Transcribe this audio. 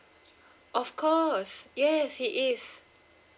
of course yes he is